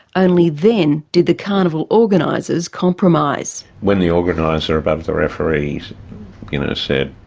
only then did the carnival organisers compromise. when the organiser above the referees you know said,